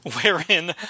wherein